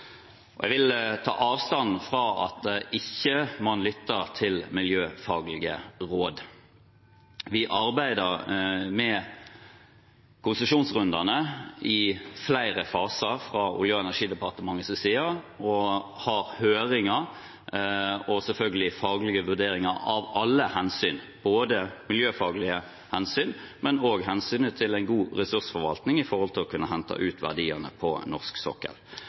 Jeg vil ta avstand fra at man ikke lytter til miljøfaglige råd. Fra Olje- og energidepartementets side arbeider vi med konsesjonsrundene i flere faser og har høringer og selvfølgelig faglige vurderinger av alle hensyn – både miljøfaglige hensyn og hensynet til en god ressursforvaltning – med tanke på å kunne hente ut verdiene på norsk sokkel.